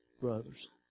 brothers